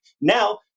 now